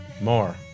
more